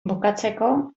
bukatzeko